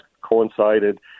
coincided